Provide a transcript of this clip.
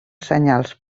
senyals